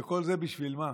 וכל זה, בשביל מה?